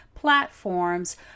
platforms